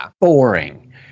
boring